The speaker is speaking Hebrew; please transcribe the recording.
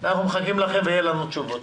(מענק חד-פעמי נוסף),